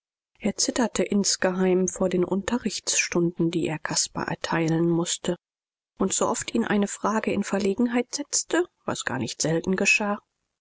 er zitterte insgeheim vor den unterrichtsstunden die er caspar erteilen mußte und sooft ihn eine frage in verlegenheit setzte was gar nicht selten geschah